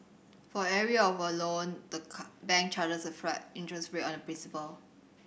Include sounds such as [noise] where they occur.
for every year of a loan the [unintelligible] bank charges a flat interest rate on the principal